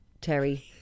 Terry